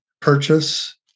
purchase